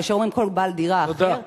כאשר אומרים "כל בעל דירה אחר"